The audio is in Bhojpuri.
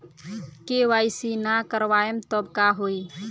के.वाइ.सी ना करवाएम तब का होई?